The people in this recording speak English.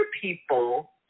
people